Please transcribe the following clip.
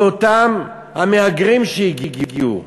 זה אותם המהגרים שהגיעו.